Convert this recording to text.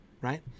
right